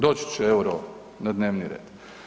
Doći će EUR-o na dnevni red.